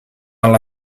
alla